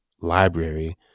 library